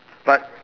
but